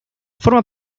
forma